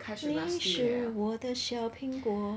你是我的小苹果